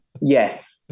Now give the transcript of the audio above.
Yes